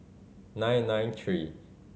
nine nine three